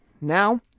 now